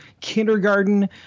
kindergarten